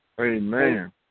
Amen